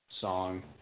song